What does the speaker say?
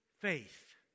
faith